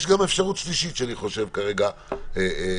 יש גם אפשרות שלישית, שאני חושב כרגע בראשי.